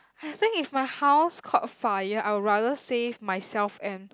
I think if my house caught fire I would rather save myself and